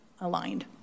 aligned